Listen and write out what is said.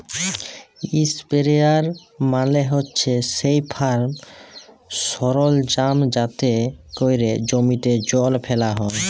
ইসপেরেয়ার মালে হছে সেই ফার্ম সরলজাম যাতে ক্যরে জমিতে জল ফ্যালা হ্যয়